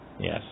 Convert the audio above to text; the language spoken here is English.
Yes